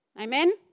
Amen